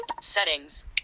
settings